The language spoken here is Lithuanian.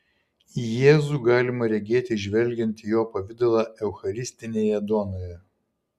jėzų galima regėti žvelgiant į jo pavidalą eucharistinėje duonoje